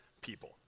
people